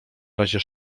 razie